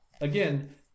again